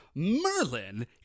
Merlin